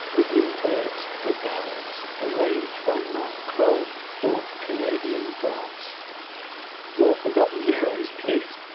william byrd's the bells, arranged by mark kroll for canadian brass more forgotten heroes please.